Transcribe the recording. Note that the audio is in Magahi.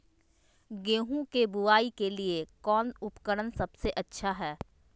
गेहूं के बुआई के लिए कौन उपकरण सबसे अच्छा है?